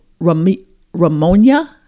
Ramonia